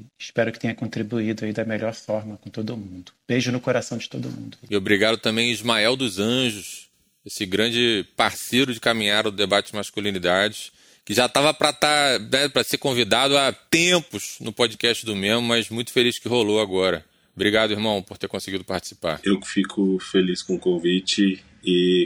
Espero que tenha contribuído aí da melhor forma com todo mundo. Beijo no coração de todo mundo. E obrigado também, Ismael dos Anjos, esse grande parceiro de caminhar o debate de masculinidades, que já tava pra tá- né, pra ser convidado há tempos no podcast do Memo, mas muito feliz que rolou agora. Obrigado, irmão, por ter conseguido participar. Eu fico feliz com o convite e